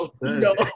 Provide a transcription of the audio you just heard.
no